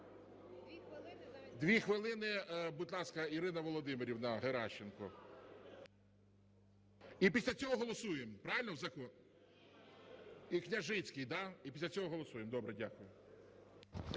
2 хвилини, будь ласка, Ірина Володимирівна Геращенко. І після цього голосуємо, правильно, закон? І Княжицький, да, і після цього голосуємо? Добре, дякую.